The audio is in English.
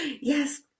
yes